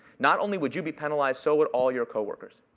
not only would you be penalized, so would all your coworkers.